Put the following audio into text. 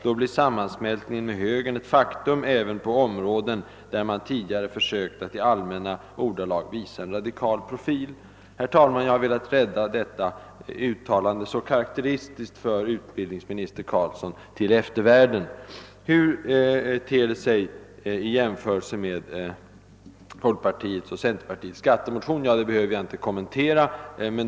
Då blir sammansmältningen med högern ett faktum även på områden där man tidigare försökt att i allmänna ordalag visa en radikal profil.> Herr talman! Jag har velat rädda detta uttalande, så karakteristiskt för utbildningsminister Carlsson, till eftervärlden. Hur det ter sig i jämförelse med folkpartiets och centerpartiets skattemotioner behöver jag inte kommentera.